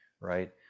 right